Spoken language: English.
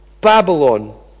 Babylon